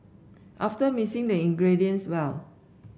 after mixing the ingredients well